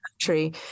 country